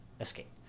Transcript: escape